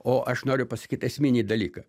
o aš noriu pasakyt esminį dalyką